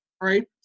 Right